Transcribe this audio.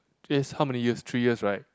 three years how many years three years right